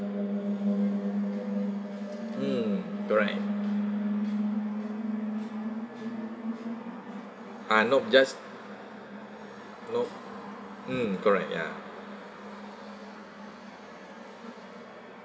mm correct ah nope just nope mm correct ya